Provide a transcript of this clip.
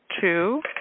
two